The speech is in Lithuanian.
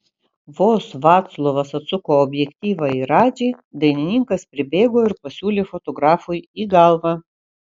vos vaclovas atsuko objektyvą į radžį dainininkas pribėgo ir pasiūlė fotografui į galvą